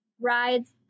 rides